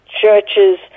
churches